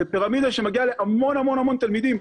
זו פירמידה שמגיעה להמון המון תלמידים.